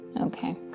Okay